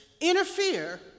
interfere